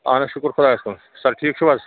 اَہن حظ شُکُر خۄدایس کُن سر ٹھیٖک چھُو حظ